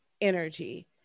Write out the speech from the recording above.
energy